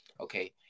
Okay